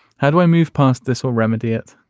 how do i move past? this will remedy it